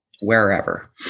wherever